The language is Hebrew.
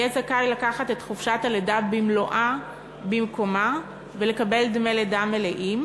יהיה זכאי לקחת את חופשת הלידה במלואה במקומה ולקבל דמי לידה מלאים.